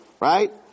right